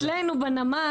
אם זה תקוע אצלנו בנמל,